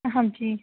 ਹਾਂਜੀ